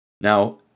Now